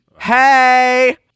Hey